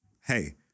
hey